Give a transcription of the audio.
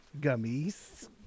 Gummies